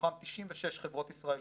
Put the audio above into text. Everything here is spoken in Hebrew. מתוכן 96 חברות ישראליות,